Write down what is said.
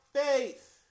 faith